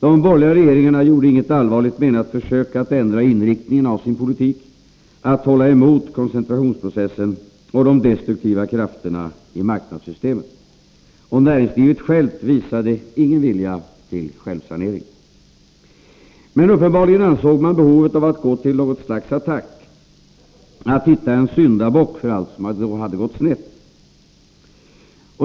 De borgerliga regeringarna gjorde inget allvarligt menat försök att ändra inriktningen av sin politik, att hålla emot koncentrationsprocessen och de destruktiva krafterna i marknadssystemet. Och näringslivet självt visade ingen vilja till självsanering. Men uppenbarligen insåg man behovet av att gå till något slags attack, att hitta en syndabock för allt som hade gått snett.